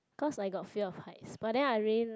cause I got fear of heights but then I really like